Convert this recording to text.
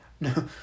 No